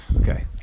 Okay